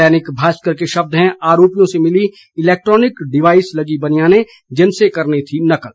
दैनिक भास्कर के शब्द हैं आरोपियों से मिली इलैक्ट्रॉनिक डिवाइस लगीं बनियानें जिनसे करनी थी नकल